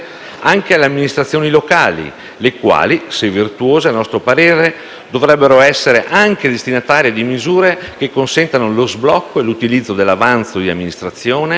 anche alle amministrazioni locali, le quali a nostro parere, se virtuose, dovrebbero essere anche destinatarie di misure che consentano lo sblocco e l'utilizzo dell'avanzo di amministrazione